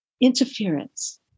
interference